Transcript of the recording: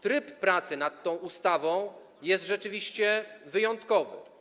Tryb pracy nad tą ustawą jest rzeczywiście wyjątkowy.